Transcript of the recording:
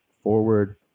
forward